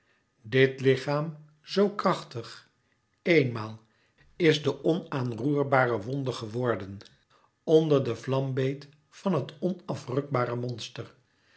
dit lichaam zoo krachtig eenmaal is de onaanroerbare wonde geworden onder den vlambeet van het onafrukbare monster